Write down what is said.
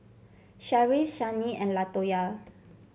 Sharif Shani and Latoya